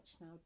now